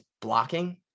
blocking